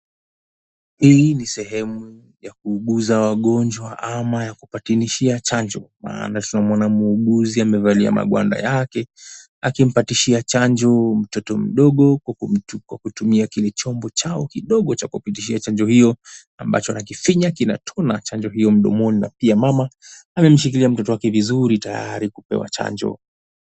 Hii ni sehemu ya kuuguza wagonjwa ama ya kupatanishia chanjo. Maana tunamuona muuguzi amevalia magwanda yake akimpatishia chanjo mtoto mdogo kwa kutumia kile chombo chao kidogo cha kupitishia chanjo hiyo ambacho unakifinya kinatona chanjo hiyo mdomoni. Na pia mama amemshikilia mtoto wake vizuri tayari kupewa chanjo.